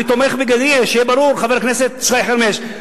אני תומך, שיהיה ברור, חבר הכנסת שי חרמש.